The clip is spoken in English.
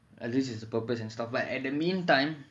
at least it's a purpose and stuff but at the mean time